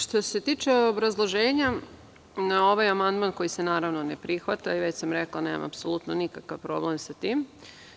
Što se tiče obrazloženja na ovaj amandman koji se, naravno, ne prihvata i već sam rekla, nemam apsolutno nikakav problem sa tim,